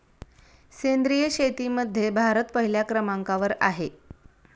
सेंद्रिय शेतीमध्ये भारत पहिल्या क्रमांकावर आहे